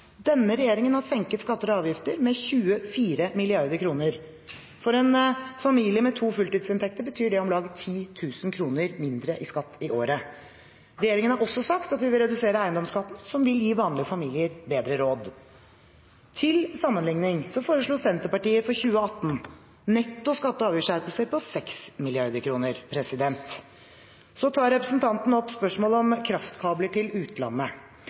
Denne regjeringen har senket skatter og avgifter med 24 mrd. kr. For en familie med to fulltidsinntekter betyr det om lag 10 000 kr mindre i skatt i året. Regjeringen har også sagt at den vil redusere eiendomsskatten, som vil gi vanlige familier bedre råd. Til sammenligning foreslo Senterpartiet for 2018 netto skatte- og avgiftsskjerpelser på 6 mrd. kr. Så tar representanten opp spørsmålet om kraftkabler til utlandet.